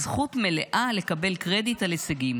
זכות מלאה לקבל קרדיט על הישגים.